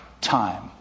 time